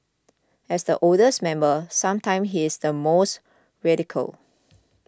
as the oldest member sometimes he is the most radical